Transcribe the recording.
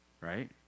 Right